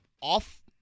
off